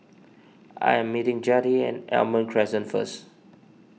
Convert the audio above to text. I am meeting Jettie at Almond Crescent first